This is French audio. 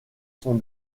son